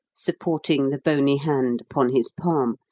supporting the bony hand upon his palm,